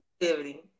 activity